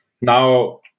now